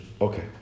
Okay